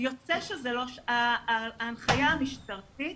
ההנחיה המשטרתית